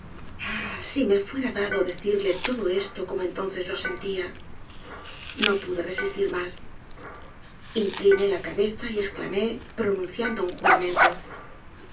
si me fuera dado decirte todo esto como entonces lo sentía no pude resistir mas incliné la cabeza y esclamé pronunciando un juramento